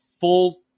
full